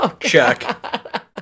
check